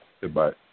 Goodbye